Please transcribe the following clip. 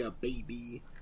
baby